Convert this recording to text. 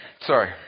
Sorry